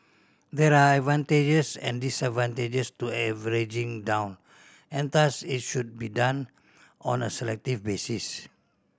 there are advantages and disadvantages to averaging down and thus it should be done on a selective basis